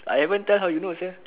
I haven't tell how you know sia